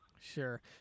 Sure